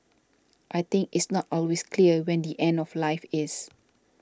I think it's not always clear when the end of life is